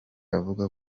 avuga